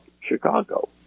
Chicago